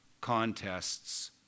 contests